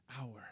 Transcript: hour